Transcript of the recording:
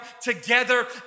together